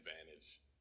advantage